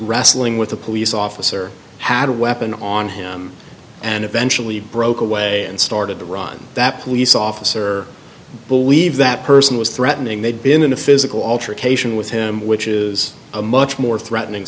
wrestling with a police officer had a weapon on him and eventually broke away and started to run that police officer believe that person was threatening they'd been in a physical altercation with him which is a much more threatening